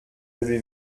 avez